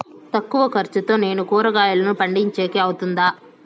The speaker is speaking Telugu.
తక్కువ ఖర్చుతో నేను కూరగాయలను పండించేకి అవుతుందా?